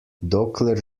dokler